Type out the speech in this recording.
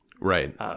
Right